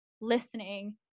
listening